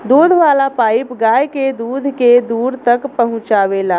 दूध वाला पाइप गाय के दूध के दूर तक पहुचावेला